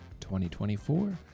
2024